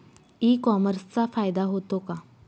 E कॉमर्सचा फायदा होतो का?